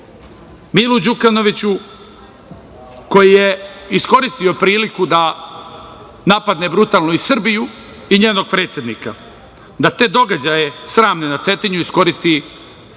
Milu Đukanoviću, koji je iskoristio priliku da napadne brutalno i Srbiju i njenog predsednika, da te događaje sramne na Cetinju iskoristi za